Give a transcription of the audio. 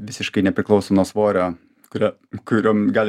visiškai nepriklauso nuo svorio kurio kuriom gali